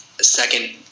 second